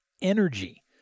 energy